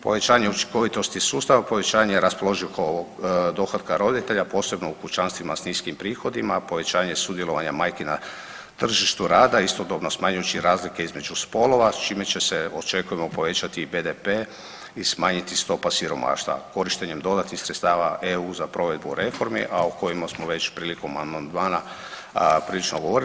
Povećanje učinkovitosti sustav, povećanja raspoloživog dohotka roditelja posebno u kućanstvima s niskim prihodima, povećanje sudjelovanja majki na tržištu rada istodobno smanjujući razlike između spolova čime će se očekujemo povećati i BDP i smanjiti stopa siromaštva korištenjem dodatnih sredstva EU za provedbu reformi, a o kojima smo već prilikom amandmana prilično govorili.